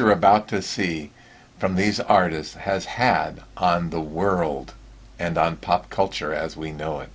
you're about to see from these artists has had on the world and on pop culture as we know it